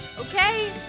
Okay